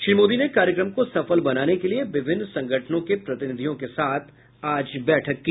श्री मोदी ने कार्यकम को सफल बनाने के लिए विभिन्न संगठनों के प्रतिनिधियों के साथ आज बैठक की